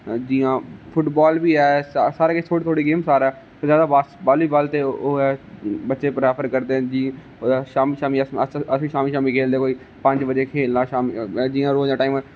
जि'यां फुटबाल बी ऐ सारा किश थोह्ड़ी थोह्डी गेम सारा कुतै बालीबाल बच्चे प्रेफर करदे ते कुतै अस बी शामी शामी खेलदे कोई पंज बजे खेलना शामी जियां रोज दे टाइम